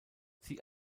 sie